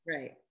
Right